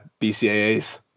bcaas